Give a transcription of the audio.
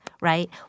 right